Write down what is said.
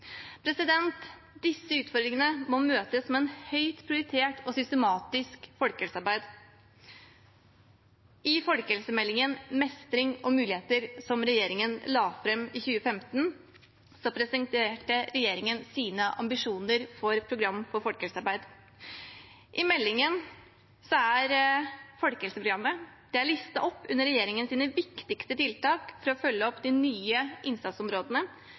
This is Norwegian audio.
Disse utfordringene må møtes med et høyt prioritert og systematisk folkehelsearbeid. I folkehelsemeldingen Mestring og muligheter, som regjeringen la fram i 2015, presenterte regjeringen sine ambisjoner for program for folkehelsearbeid. I meldingen er folkehelseprogrammet listet opp under regjeringens viktigste tiltak for å følge opp de nye innsatsområdene,